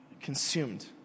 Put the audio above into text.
consumed